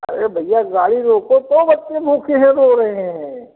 अरे भैया गाड़ी रोको तो बच्चे भूखे हैं रो रहे हैं